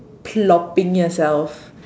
plopping yourself